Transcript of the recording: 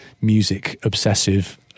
music-obsessive